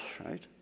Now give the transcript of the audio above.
right